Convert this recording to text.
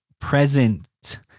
present